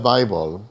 Bible